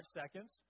seconds